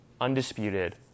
undisputed